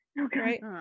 Okay